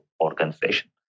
organization